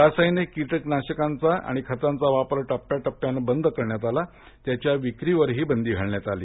रासायनिक कीटकनाशकांचा आणि खतांचा वापर टप्प्याटप्प्यानं बंद करण्यात आला त्याच्या विक्रीवरही बंदी घालण्यात आली